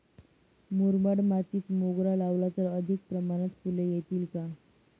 मुरमाड मातीत मोगरा लावला तर अधिक प्रमाणात फूले येतील का?